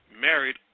married